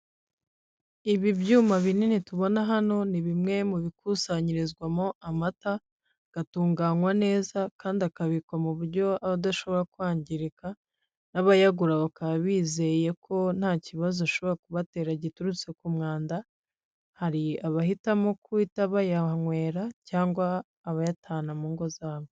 Ibi byuma binini tubona hano ni bimwe mu bikusanyirizwamo amata, agatunganywa neza kandi akabikwa mu buryo abadashobora kwangirika, n'abayagura bakaba bizeye ko nta kibazo ashobora kubatera giturutse ku mwanda, hari abahitamo kuhita bayahanywera cyangwa abayatahana mu ngo zabo.